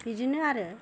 बिदिनो आरो